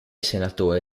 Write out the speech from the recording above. senatore